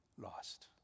lost